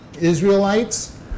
Israelites